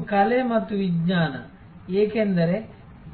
ಇದು ಕಲೆ ಮತ್ತು ವಿಜ್ಞಾನ ಏಕೆಂದರೆ